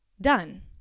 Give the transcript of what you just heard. Done